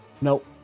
Nope